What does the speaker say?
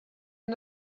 and